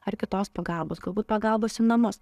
ar kitos pagalbos galbūt pagalbos į namus